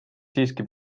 siiski